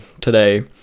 today